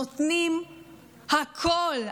נותנים הכול,